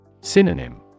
Synonym